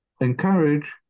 encourage